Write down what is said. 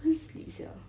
couldn't sleep sia